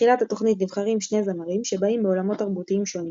בתחילת התוכנית נבחרים שני זמרים שבאים מעולמות תרבותיים שונים